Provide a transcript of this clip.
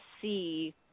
see